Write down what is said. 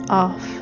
off